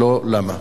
4. אם לא, למה?